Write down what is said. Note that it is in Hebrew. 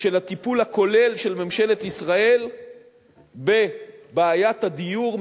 של הטיפול הכולל של ממשלת ישראל בבעיית הדיור,